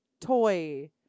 toy